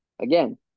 again